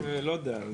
לא יודע,